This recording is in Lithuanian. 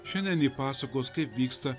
šiandien ji pasakos kaip vyksta